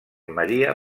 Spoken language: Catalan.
maria